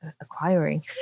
acquiring